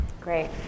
great